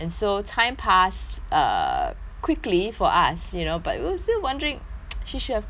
err quickly for us you know but we were still wondering she should have come back